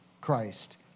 Christ